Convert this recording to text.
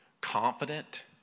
confident